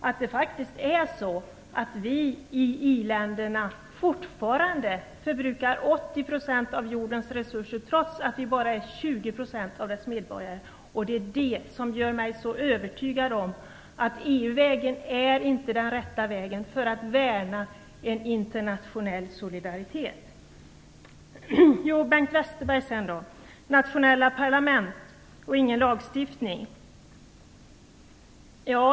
Det är faktiskt så att vi i industriländerna fortfarande förbrukar 80 % av jordens resurser, trots att vi har bara 20 % av dess medborgare. Det är detta som gör mig så övertygad om att EU-vägen inte är den rätta för att värna en internationell solidaritet. Bengt Westerberg tog upp de nationella parlamentens lagstiftningsmakt.